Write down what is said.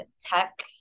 tech